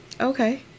Okay